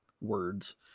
words